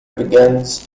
begins